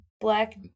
black